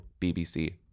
BBC